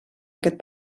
aquest